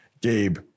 Gabe